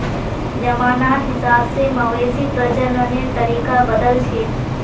जमानार हिसाब से मवेशी प्रजननेर तरीका बदलछेक